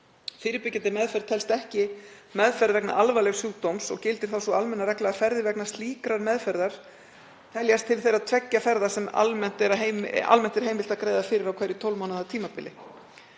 Fyrirbyggjandi meðferð telst ekki meðferð vegna alvarlegs sjúkdóms og gildir sú almenna regla að ferðir vegna slíkrar meðferðar teljast til þeirra tveggja ferða sem almennt er heimilt að greiða fyrir á hverju 12 mánaða tímabili.